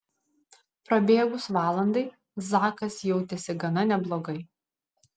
prabėgus valandai zakas jautėsi gana neblogai